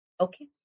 Okay